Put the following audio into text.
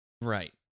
Right